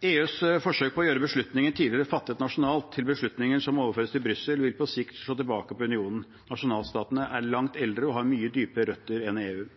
EUs forsøk på å gjøre beslutninger tidligere fattet nasjonalt til beslutninger som overføres til Brussel, vil på sikt slå tilbake på unionen. Nasjonalstatene er langt eldre og har mye dypere røtter enn EU.